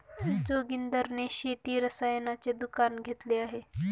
जोगिंदर ने शेती रसायनाचे दुकान घेतले आहे